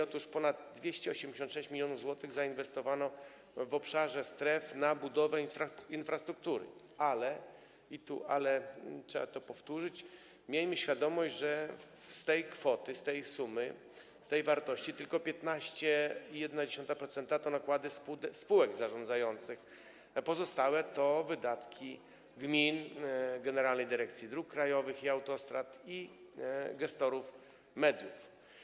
Otóż ponad 286 mln zł zainwestowano w obszarze stref na budowę infrastruktury, ale - trzeba to powtórzyć - miejmy świadomość, że z tej kwoty, z tej sumy, z tej wartości tylko 15,1% to nakłady spółek zarządzających, pozostałe to wydatki gmin, Generalnej Dyrekcji Dróg Krajowych i Autostrad i gestorów mediów.